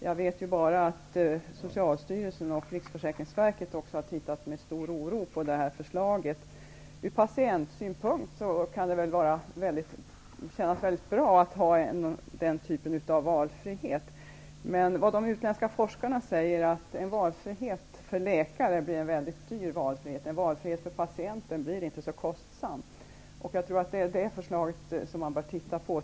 Jag vet bara att Socialstyrelsen och Riksförsäkringsverket med stor oro har tittat på detta förslag. Ur patientsynpunkt kan det kännas väldigt bra att ha den typen av valfrihet. Men de utländska forskarna säger att en valfrihet för läkare blir en väldigt dyr valfrihet. En valfrihet för patienten blir inte så kostsam. Jag tror att det är detta förslag man bör titta på.